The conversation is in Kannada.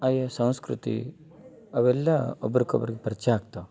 ಆಯಾ ಸಂಸ್ಕೃತಿ ಅವೆಲ್ಲ ಒಬ್ರ್ಕ ಒಬ್ರಿಗೆ ಪರ್ಚಯ ಆಗ್ತಾವು